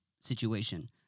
situation